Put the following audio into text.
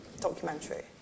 documentary